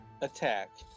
attack